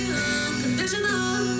unconditional